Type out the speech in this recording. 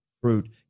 fruit